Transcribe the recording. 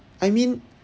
I mean